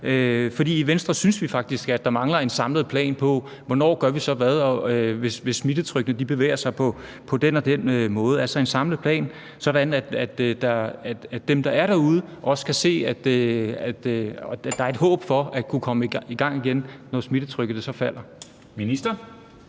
i Venstre synes vi faktisk, at der mangler en samlet plan for, hvornår vi så gør hvad, hvis smittetrykket bevæger sig på den og den måde, altså en samlet plan, sådan at de, der er derude, kan se, at der er et håb i forhold til at komme i gang igen, når smittetrykket så falder.